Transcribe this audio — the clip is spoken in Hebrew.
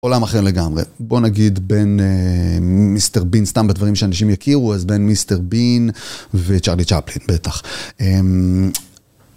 עולם אחר לגמרי. בוא נגיד בין מיסטר בין, סתם בדברים שאנשים יכירו, אז בין מיסטר בין וצ'רלי צ'פלין בטח.